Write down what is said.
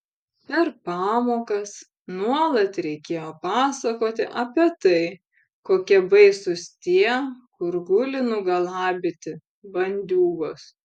per pamokas nuolat reikėjo pasakoti apie tai kokie baisūs tie kur guli nugalabyti bandiūgos